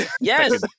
yes